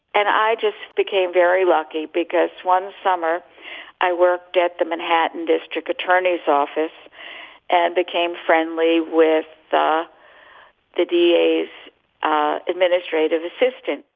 and i just became very lucky because one summer i worked at the manhattan district attorney's office and became friendly with the the d a s ah administrative assistant,